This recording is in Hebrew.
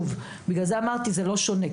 בגלל זה אמרתי, זה לא שונה.